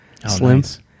Slims